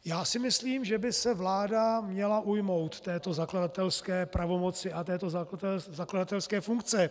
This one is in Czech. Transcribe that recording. Já si myslím, že by se vláda měla ujmout této zakladatelské pravomoci a této zakladatelské funkce.